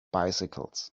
bicycles